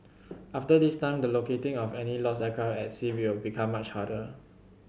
after this time the locating of any lost aircraft at sea will become much harder